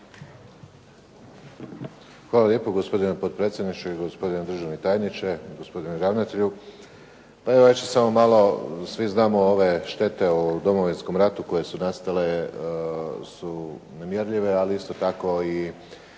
Hvala lijepo, gospodine potpredsjedniče i gospodine državni tajniče. Gospodine ravnatelju. Pa evo ja ću samo malo, svi znamo ove štete u Domovinskom ratu koje su nastale su nemjerljive, ali isto tako i